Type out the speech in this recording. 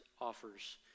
offers